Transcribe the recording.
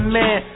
man